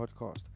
Podcast